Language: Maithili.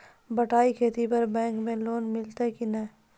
बटाई खेती पर बैंक मे लोन मिलतै कि नैय?